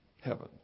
Heaven